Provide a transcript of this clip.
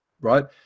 right